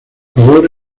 favor